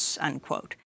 UNQUOTE